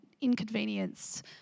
inconvenience